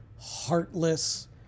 heartless